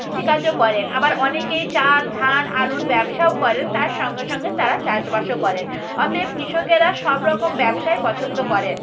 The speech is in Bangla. কৃষিকাজও করেন আবার অনেকেই চাল ধান আলুর ব্যবসাও করেন তার সঙ্গে সঙ্গে তারা চাষবাসও করেন অতএব কৃষকেরা সব রকম ব্যবসাই পছন্দ করেন